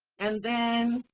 and then,